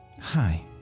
Hi